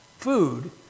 food